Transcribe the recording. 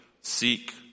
seek